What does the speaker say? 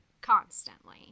Constantly